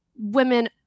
women